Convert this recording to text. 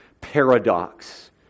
paradox